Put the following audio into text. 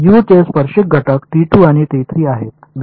you चे स्पर्शिक घटक आणि आहेत